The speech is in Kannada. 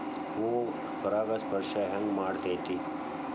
ಹೂ ಪರಾಗಸ್ಪರ್ಶ ಹೆಂಗ್ ಮಾಡ್ತೆತಿ?